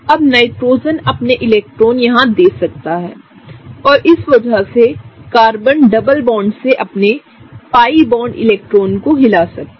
अब नाइट्रोजन अपने इलेक्ट्रॉन यहाँ दे सकता है और इस वजह से कार्बन डबल बॉन्ड से अपने pi बॉन्ड इलेक्ट्रॉन को हिला सकता है